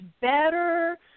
better